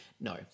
no